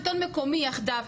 שלטון מקומי יחדיו,